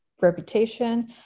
reputation